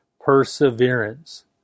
perseverance